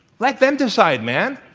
let them decide man!